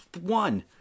One